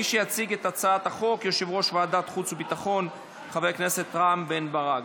יציג את הצעת החוק יושב-ראש ועדת חוץ וביטחון חבר הכנסת רם בן ברק,